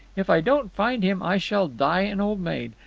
if i don't find him i shall die an old maid.